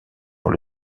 pour